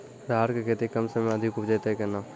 राहर की खेती कम समय मे अधिक उपजे तय केना?